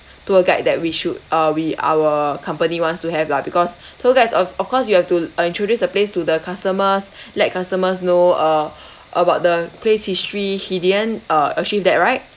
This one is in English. tour guide that we should uh we our company wants to have lah because tour guides of of course you have to uh introduce the place to the customers let customers know uh about the place history he didn't uh achieve that right